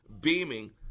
beaming